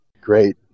Great